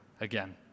again